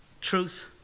truth